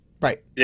Right